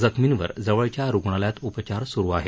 जखमींवर जवळच्या रुग्णालयात उपचार सुरु आहेत